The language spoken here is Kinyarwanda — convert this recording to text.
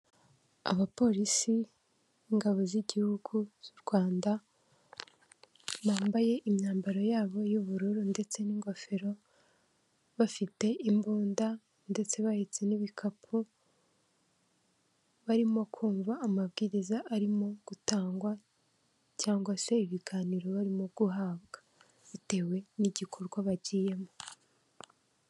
Abapolisi b'ingabo z'igihugu z'u Rwanda, bambaye imyambaro yabo y'ubururu ndetse n'ingofero, bafite imbunda ndetse bahetse n'ibikapu, barimo kumva amabwiriza arimo gutangwa cyangwa se ibiganiro barimo guhabwa bitewe n'igikorwa bagiyemo.